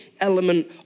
element